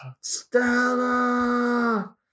Stella